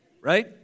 Right